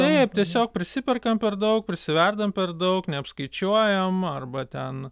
taip tiesiog prisiperkam per daug prisiverdam per daug neapskaičiuojam arba ten